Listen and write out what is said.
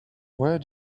where